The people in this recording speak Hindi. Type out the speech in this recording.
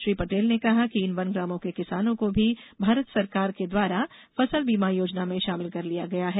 श्री पटेल ने कहा कि इन वनग्रामों के किसानों को भी भारत सरकार के द्वारा फसल बीमा योजना में शामिल कर लिया गया है